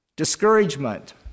Discouragement